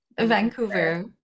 Vancouver